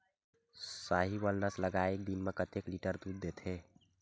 साहीवल नस्ल गाय एक दिन म कतेक लीटर दूध देथे?